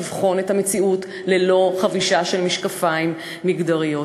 לבחון את המציאות ללא חבישת משקפיים מגדריים.